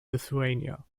lithuania